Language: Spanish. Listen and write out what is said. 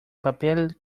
papel